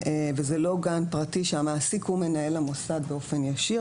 וזה לא גן פרטי שהמעסיק הוא מנהל המוסד באופן ישיר,